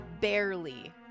barely